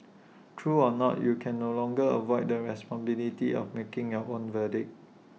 true or not you can no longer avoid the responsibility of making your own verdict